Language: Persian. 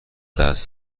دست